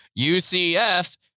UCF